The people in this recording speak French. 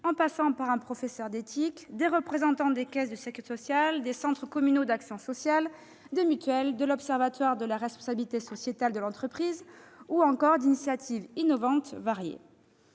en passant par un professeur d'éthique et par des représentants des caisses de sécurité sociale, des centres communaux d'action sociale, des mutuelles, de l'Observatoire de la responsabilité sociétale des entreprises ou encore d'initiatives innovantes variées.